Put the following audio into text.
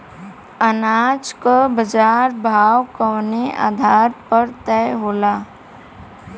अनाज क बाजार भाव कवने आधार पर तय होला?